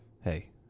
Hey